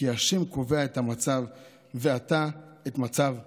כי ה' קובע את המצב ואתה את מצב הרוח".